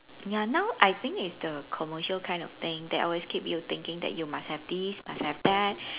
ya now I think it's the commercial kind of thing that always keep you thinking that you must have this must have that